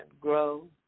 grow